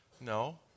No